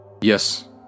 Yes